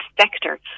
sector